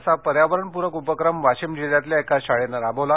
असा पर्यावरणपूरक उपक्रम वाशिम जिल्ह्यातल्या एका शाळेनं राबवला